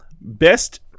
Best